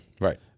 right